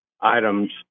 items